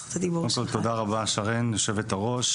תודה רבה שרן, יושבת הראש.